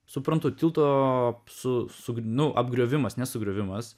suprantu tilto su sugnu nu apgriuvimas ne sugriuvimas